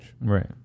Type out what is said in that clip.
Right